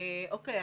אוקיי.